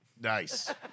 Nice